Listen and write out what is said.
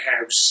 house